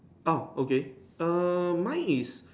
oh okay err mine is